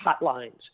hotlines